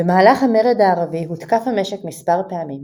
במהלך המרד הערבי הותקף המשק מספר פעמים,